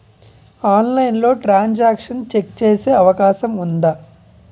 ఆన్లైన్లో transaction check చేసే అవకాశం ఉందా?